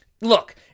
look